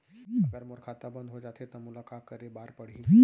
अगर मोर खाता बन्द हो जाथे त मोला का करे बार पड़हि?